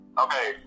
Okay